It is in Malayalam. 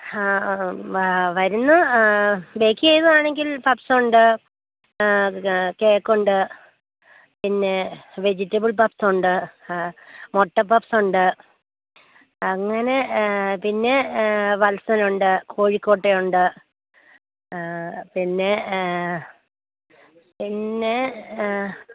ആ വരുന്നു ബേക്ക് ചെയ്തത് ആണെങ്കിൽ പപ്സ് ഉണ്ട് കേക്ക് ഉണ്ട് പിന്നെ വെജിറ്റബിള് പപ്സ് ഉണ്ട് മുട്ട പപ്സ് ഉണ്ട് അങ്ങനെ പിന്നെ വത്സന് ഉണ്ട് കോഴുക്കോട്ട ഉണ്ട് പിന്നേ പിന്നേ ആ